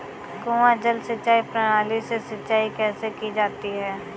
कुआँ जल सिंचाई प्रणाली से सिंचाई कैसे की जाती है?